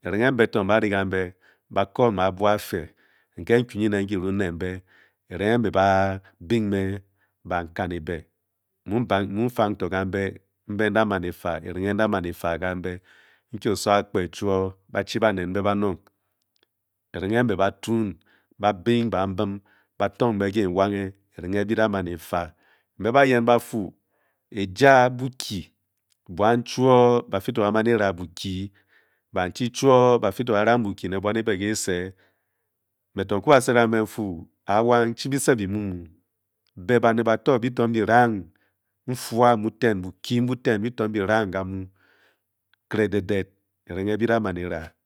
Erenge mbe to mba ri gambe ba-ko me abuo afe nke n-kwu nyin nen kirun ne mbe, giringe m-be baa bing me bankan e be mmu mmu fang to gam be, m-be n-da maan efa, e-renge n-da maan e-faa gam be. Nkie oso akpe chuoo ba chi baned mbe banong. Erenge mbe ba tuun ba being bam bim, ba tong be ken wange erenge mbii da maan efaa. Mbe bayen ba-fu ejaa bokyi, buan chuoo ba-fi to baa-maan e-ra bokyi, banchi chuoo baa-fi to bara bokyi ne buan e be ke ese me to mba sed gam be n-fuu awang, chi bise bi mu muu. Be baned ba to, be toh bi-rang nfua mu ten, bokyi buten bi to bi-rang gamu. Kre ded ded ki renge nyi bi-daa maan e-ra.